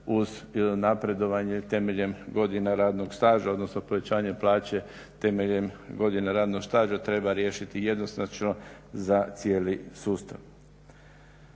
uz napredovanje temeljem godina radnog staža, odnosno povećanje plaće temeljem godina radnog staža treba riješiti jednoznačno za cijeli sustav.